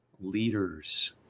leaders